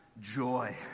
Joy